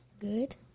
Good